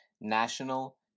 National